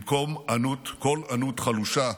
במקום קול ענות חלושה,